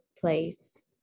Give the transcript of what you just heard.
place